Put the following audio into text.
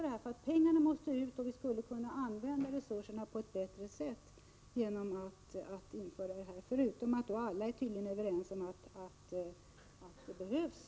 Pengarna måste alltså ut. Vi skulle kunna använda resurserna på ett bättre sätt genom att införa socialförsäkringstillägg. Alla är dessutom tydligen överens om att det behövs.